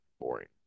Boring